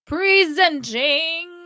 Presenting